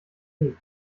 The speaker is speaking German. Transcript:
weg